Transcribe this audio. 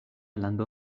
lando